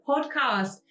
Podcast